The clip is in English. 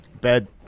Bed